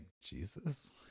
Jesus